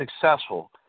successful